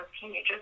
teenagers